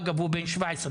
אבל הוא בן 17,